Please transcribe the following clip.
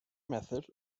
method